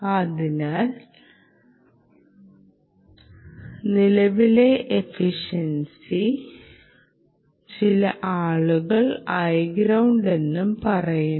അതിനാൽ നിലവിലെ efficiency ղiioutiioutiloadiq ചില ആളുകൾ Iground എന്നും പറയുന്നു